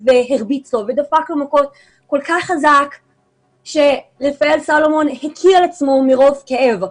והרביץ לו ודפק לו מכות כל כך חזק שרפאל סלומון הקיא על עצמו מרוב כאב.